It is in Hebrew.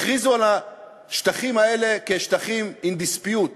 הכריזו על השטחים האלה כשטחים in dispute,